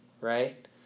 right